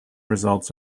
results